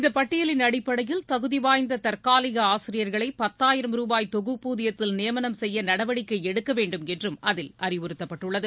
இந்த பட்டியலின் அடிப்படையில் தகுதிவாய்ந்த தற்காலிக ஆசிரியர்களை பத்தாயிரம் ருபாய் தொகுப்பூதியத்தில் நியமனம் செய்ய நடவடிக்கை எடுக்க வேண்டும் என்றும் அதில் அறிவுறுத்தப்பட்டுள்ளது